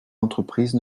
entreprises